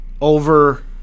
over